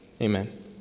Amen